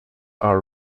are